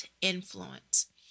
influence